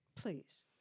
Please